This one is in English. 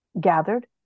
gathered